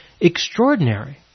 extraordinary